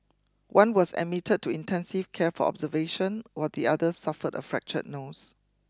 one was admitted to intensive care for observation while the other suffered a fractured nose